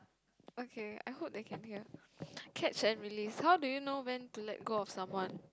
okay I hope they can hear catch and release how do you know when to let go of someone